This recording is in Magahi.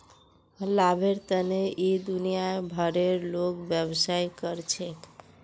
लाभेर तने इ दुनिया भरेर लोग व्यवसाय कर छेक